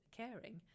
caring